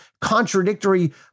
contradictory